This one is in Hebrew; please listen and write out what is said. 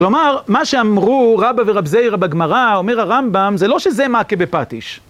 כלומר, מה שאמרו רבא ורב זייר בגמרא, אומר הרמב״ם, זה לא שזה מכה בפטיש.